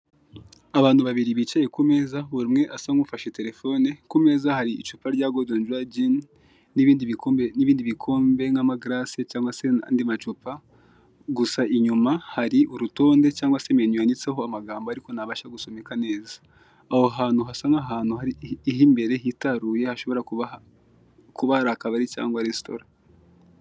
Abantu babiri bicaye kumeza buri umwe asa nkufashe terefone, kumezaeza hari icupa rya gorira jini n'ibindi bikombe n'ibindi bikombe nk'amagarase, cyangwa se andi macupa, gusa inyuma hari urutonde cyangwa se ibintu byanditseho amagambo, ariko ntabasha gusomekaka neza, aho hantu hasa nk'ahantu h'imbere hitaruye hashobora kuba hari akabari cyangwa resitora.